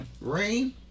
rain